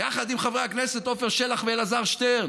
יחד עם חברי הכנסת עפר שלח ואלעזר שטרן.